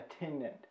attendant